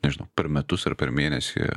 dažnai per metus ar per mėnesį